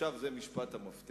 עכשיו זה משפט המפתח: